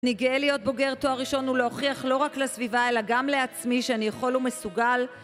אני גאה להיות בוגר תואר ראשון ולהוכיח לא רק לסביבה אלא גם לעצמי שאני יכול ומסוגל